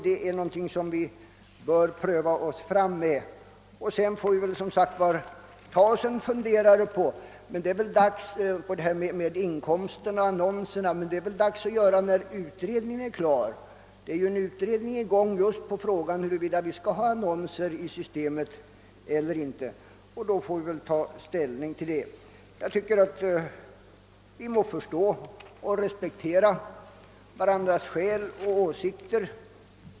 Därefter får vi, som sagt, ta oss en funderare beträffande inkomster av annonser. Det är väl dags att göra det när den utredning som pågår, om det skall vara annonser med i systemet eller inte, blir klar. Jag anser att vi må förstå och respektera varandras skäl och åsikter.